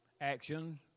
Actions